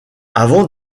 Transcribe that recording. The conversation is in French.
avant